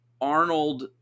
Arnold